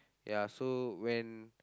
ya so when